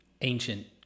ancient